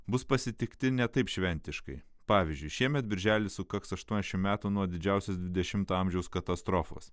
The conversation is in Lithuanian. bus pasitikti ne taip šventiškai pavyzdžiui šiemet birželį sukaks aštuoniasdešimt metų nuo didžiausios dvidešimto amžiaus katastrofos